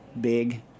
big